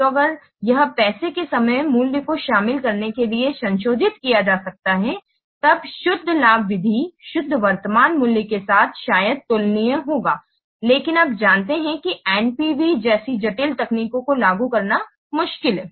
तो अगर यह पैसे के समय मूल्य को शामिल करने के लिए संशोधित किया जा सकता है तब शुद्ध लाभ विधि शुद्ध वर्तमान मूल्य के साथ शायद तुलनीय होगा लेकिन आप जानते हैं कि NPV जैसी जटिल तकनीकों को लागू करना मुश्किल है